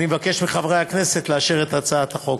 אני מבקש מחברי הכנסת לאשר את הצעת החוק.